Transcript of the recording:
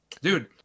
Dude